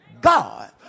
God